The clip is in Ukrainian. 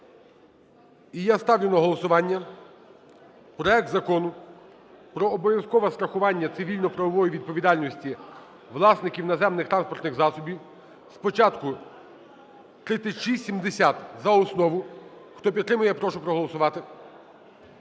І я ставлю на голосування проект Закону про обов'язкове страхування цивільно-правової відповідальності власників наземних транспортних засобів, спочатку 3670 - за основу. Хто підтримує, я прошу проголосувати.